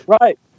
Right